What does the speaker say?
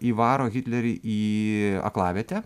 įvaro hitlerį į aklavietę